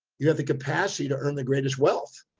you have the capacity to earn the greatest wealth.